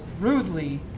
rudely